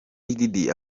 diddy